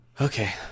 Okay